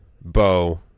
Bo